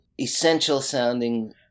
essential-sounding